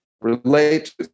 relate